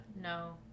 No